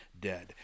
dead